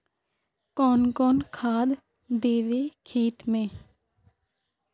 कौन कौन खाद देवे खेत में?